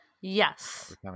yes